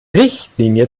richtlinie